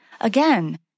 Again